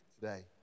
today